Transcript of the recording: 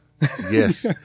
Yes